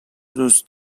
دوست